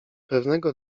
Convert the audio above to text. pewnego